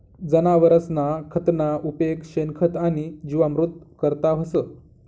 जनावरसना खतना उपेग शेणखत आणि जीवामृत करता व्हस